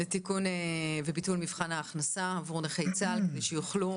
לביטול מבחן ההכנסה עבור נכי צה"ל כדי שיוכלו